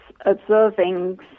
observing